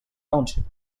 township